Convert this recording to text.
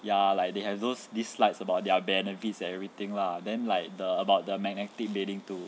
ya like they have those lists like about their benefits and everything lah then like the about the magnetic bedding too